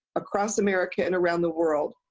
across america and around the world,